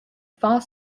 far